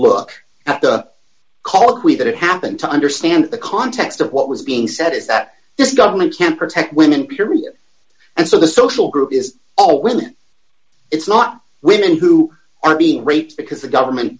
look at the court with that happened to understand the context of what was being said is that this government can't protect women period and so the social group is all women it's not women who are being raped because the government